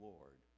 Lord